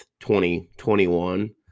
2021